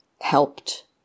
helped